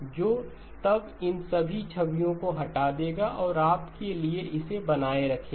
जो तब इन सभी छवियों को हटा देगा और फिर आपके लिए इसे बनाए रखेगा